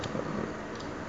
uh